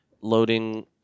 loading